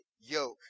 yoke